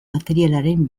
materialaren